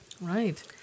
Right